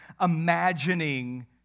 imagining